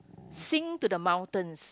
sing to the mountains